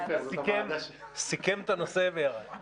סיכם את הנושא וירד.